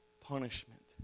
punishment